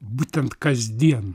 būtent kasdien